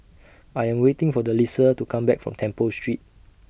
I Am waiting For Delisa to Come Back from Temple Street